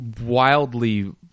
wildly